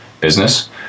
business